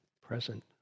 present